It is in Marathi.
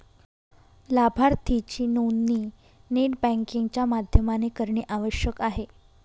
लाभार्थीची नोंदणी नेट बँकिंग च्या माध्यमाने करणे आवश्यक आहे